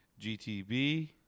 GTB